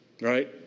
Right